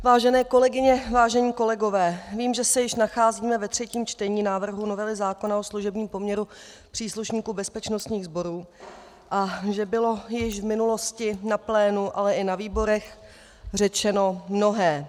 Vážené kolegyně, vážení kolegové, vím, že se již nacházíme ve třetím čtení návrhu novely zákona o služebním poměru příslušníků bezpečnostních sborů a že bylo již v minulosti na plénu, ale i na výborech řečeno mnohé.